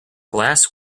glass